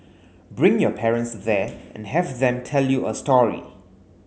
bring your parents there and have them tell you a story